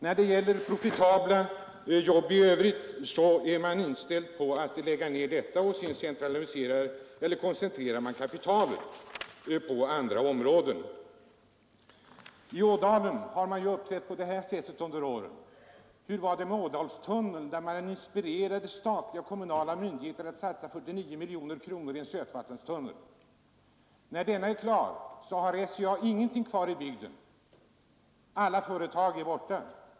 När det gäller profitabla jobb i övrigt är man inställd på nedläggning för att sedan koncentrera kapitalet på andra områden. I Ådalen har man uppträtt på detta sätt under åren. Hur var det med Ådalstunneln, där man inspirerade statliga och kommunala myndigheter att satsa 49 miljoner kronor i en sötvattenstunnel? När denna är klar, har SCA ingenting kvar i bygden. Alla företag är borta.